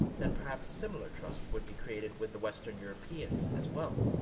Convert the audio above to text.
then perhaps similar trust would be created with the western europeans as well?